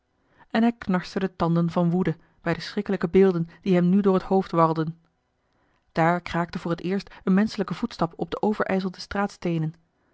en hij knarste de tanden van woede bij de schrikkelijke beelden die hem nu door het hoofd warrelden daar kraakte voor t eerst een menschelijke voetstap op de overijzelde straatsteenen